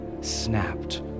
snapped